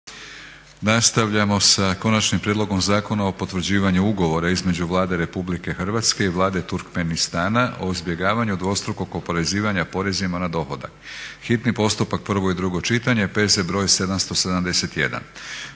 Nastavljamo sa - Konačni prijedlog zakona o potvrđivanju Ugovora između Vlade Republike Hrvatske i Vlade Turkmenistana o izbjegavanju dvostrukog oporezivanja porezima na dohodak, hitni postupak, prvo i drugo čitanje, P.Z. br. 771